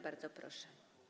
Bardzo proszę.